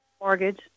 Mortgage